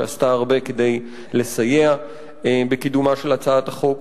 שעשתה הרבה כדי לסייע בקידומה של הצעת החוק,